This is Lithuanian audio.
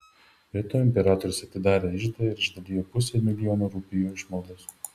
be to imperatorius atidarė iždą ir išdalijo pusę milijono rupijų išmaldos